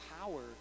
power